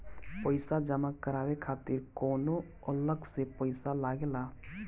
पईसा जमा करवाये खातिर कौनो अलग से पईसा लगेला?